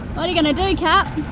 what are you gonna do cap?